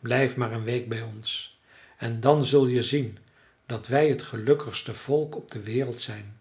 blijf maar een week bij ons en dan zul je zien dat wij het gelukkigste volk op de wereld zijn